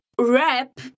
RAP